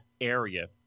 area